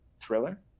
thriller